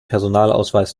personalausweis